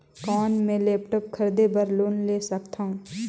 कौन मैं लेपटॉप खरीदे बर लोन ले सकथव?